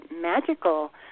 magical